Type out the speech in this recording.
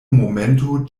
momento